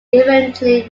eventually